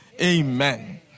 amen